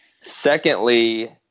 Secondly